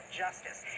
justice